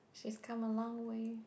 she's come a long way